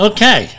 Okay